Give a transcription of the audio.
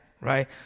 right